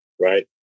right